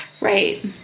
right